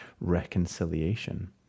reconciliation